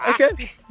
okay